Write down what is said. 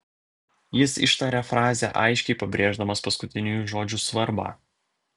jis ištarė frazę aiškiai pabrėždamas paskutiniųjų žodžių svarbą